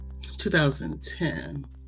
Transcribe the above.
2010